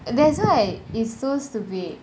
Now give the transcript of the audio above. that's why is so stupid